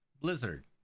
Blizzard